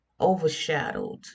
overshadowed